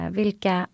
vilka